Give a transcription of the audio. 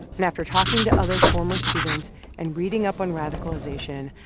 and after talking to other former students and reading up on radicalization,